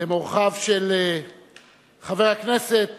הם אורחיו של חבר הכנסת